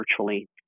virtually